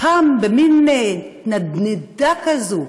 במין נדנדה כזאת,